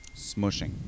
Smushing